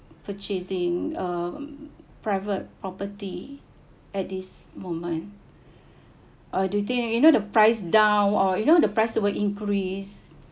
purchasing um private property at this moment uh do you think you know the price down or you know the price it will increase